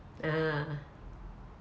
ah